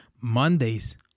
Mondays